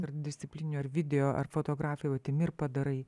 ar disciplininio ar video ar fotografija vat imi ir padarai